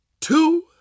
two